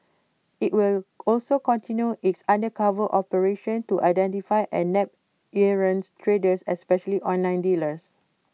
IT will also continue its undercover operations to identify and nab errant traders especially online dealers